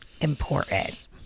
important